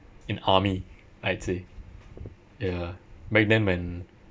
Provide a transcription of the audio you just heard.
in army I'd say ya back then when